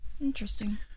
Interesting